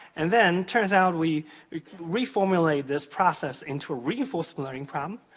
and then, turns out we reformulate this process into a reinforceable learning problem,